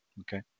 Okay